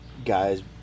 guys